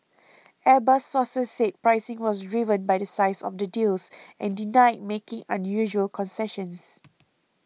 Airbus sources said pricing was driven by the size of the deals and denied making unusual concessions